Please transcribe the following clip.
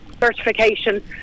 certification